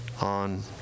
on